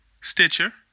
Stitcher